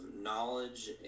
knowledge